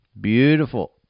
beautiful